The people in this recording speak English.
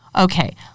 Okay